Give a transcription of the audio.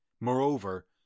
Moreover